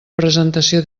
presentació